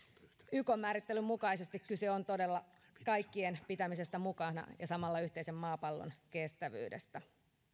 ykn määrittelyn mukaisesti kyse on todella kaikkien pitämisestä mukana ja samalla yhteisen maapallon kestävyydestä